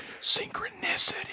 Synchronicity